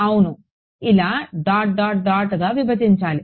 అవును ఇలా dot dot డాట్గా విభజించాలి